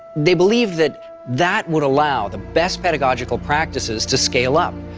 they believed that that would allow the best pedagogical practices to scale up,